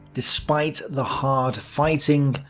despite the hard fighting,